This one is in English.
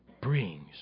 brings